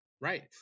right